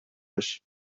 بشه